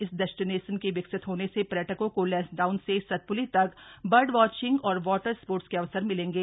इस डेस्टिनेशन के विकसित होने से पर्यटकों को लैंसडाउन से सतप्ली तक बर्डवाचिंग और वाटर स्पोर्ट्स के अवसर मिलेंगे